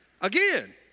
Again